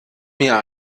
mir